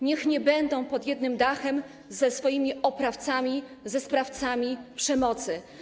Niech nie będą pod jednym dachem ze swoimi oprawcami, ze sprawcami przemocy.